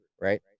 right